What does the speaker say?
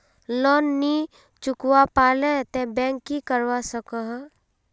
Loan नी चुकवा पालो ते बैंक की करवा सकोहो?